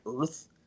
earth